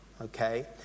Okay